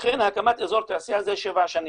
לכן הקמת אזור תעשייה זה שבע שנים.